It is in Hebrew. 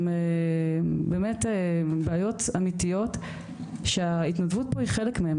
עם באמת בעיות אמיתיות שההתנדבות פה היא חלק מהם.